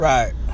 Right